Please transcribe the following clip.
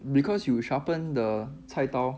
because you will sharpen the 菜刀